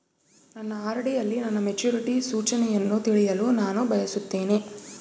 ನನ್ನ ಆರ್.ಡಿ ಯಲ್ಲಿ ನನ್ನ ಮೆಚುರಿಟಿ ಸೂಚನೆಯನ್ನು ತಿಳಿಯಲು ನಾನು ಬಯಸುತ್ತೇನೆ